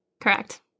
Correct